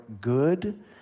good